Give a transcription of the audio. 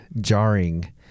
jarring